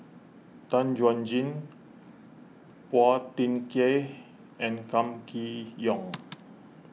Tan Chuan Jin Phua Thin Kiay and Kam Kee Yong